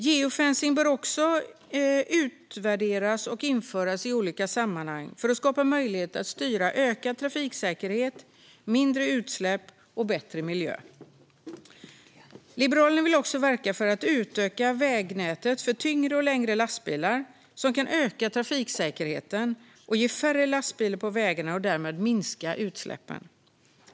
Geofencing bör utvärderas och införas i olika sammanhang för att skapa möjlighet att styra mot ökad trafiksäkerhet, mindre utsläpp och bättre miljö. Liberalerna vill också verka för att utöka vägnätet för tyngre och längre lastbilar, vilket kan öka trafiksäkerheten och ge färre lastbilar på vägarna och därmed minska utsläppen.